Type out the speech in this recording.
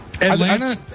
Atlanta